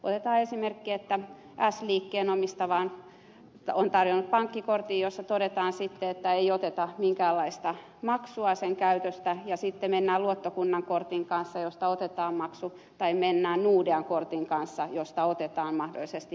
otetaan esimerkki että s liike on tarjonnut pankkikortin jossa todetaan että ei oteta minkäänlaista maksua sen käytöstä ja sitten mennään luottokunnan kortin kanssa josta otetaan maksu tai mennään nordean kortin kanssa josta otetaan mahdollisesti maksu